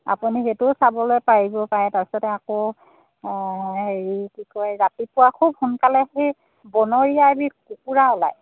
আপুনি সেইটোও চাবলৈ পাৰিবও পাৰে তাৰ পিছতে আকৌ হেৰি কি কয় ৰাতিপুৱা খুব সোনকালে সেই বনৰীয়া এবিধ কুকুৰা ওলায়